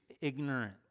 ignorant